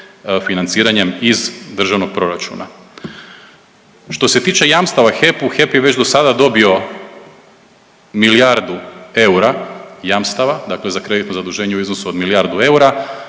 financiranje iz državnog proračuna. Što se tiče jamstava HEP-u, HEP je već dosada dobio milijardu eura jamstava, dakle za kreditno zaduženje u iznosu od milijardu eura,